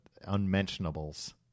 unmentionables